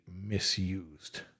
misused